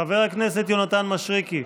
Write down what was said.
חבר הכנסת יונתן מישרקי,